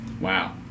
Wow